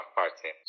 party